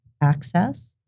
access